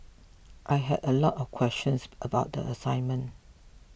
I had a lot of questions about the assignment